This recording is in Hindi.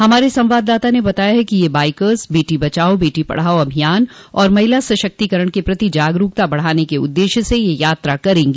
हमारे संवाददाता ने बताया है कि ये बाइकर्स बेटी बचाओ बेटी पढ़ाओ अभियान और महिला सशक्तिकरण के प्रति जागरूकता बढ़ाने के उद्देश्य से यह यात्रा करेंगी